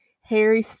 Harry